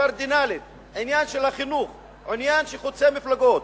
הקרדינלית, עניין של חינוך, עניין שחוצה מפלגות,